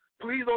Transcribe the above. Please